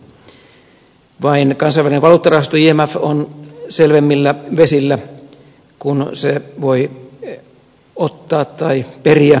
vain kansainvälinen valuuttarahasto imf on selvemmillä vesillä kun se voi ottaa tai periä saatavansa päältä